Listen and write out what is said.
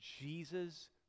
Jesus